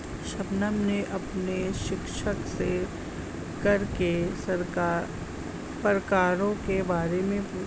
शबनम ने अपने शिक्षक से कर के प्रकारों के बारे में पूछा